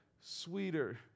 sweeter